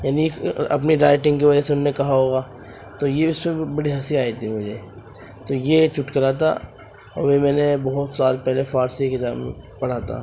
یعنی اپنی رائٹنگ کی وجہ سے انہوں نے کہا ہوگا تو یہ بڑی ہنسی آئی تھی مجھے تو یہ چٹکلا تا اور وہ میں نے بہت سال پہلے فارسی کی کتاب میں پڑھا تھا